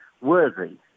worthy